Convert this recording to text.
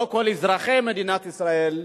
לא כל אזרחי מדינת ישראל,